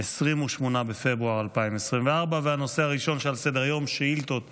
שעל סדר-היום: שאילתות דחופות.